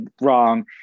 wrong